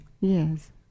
Yes